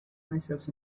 myself